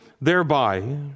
thereby